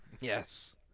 Yes